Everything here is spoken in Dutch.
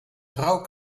rook